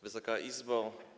Wysoka Izbo!